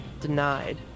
Denied*